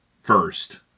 first